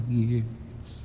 years